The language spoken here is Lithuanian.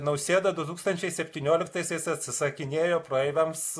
nausėda du tūkstančiai septynioliktaisiais atsisakinėjo praeiviams